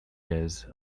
years